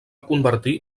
convertir